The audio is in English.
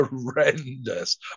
horrendous